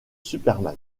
superman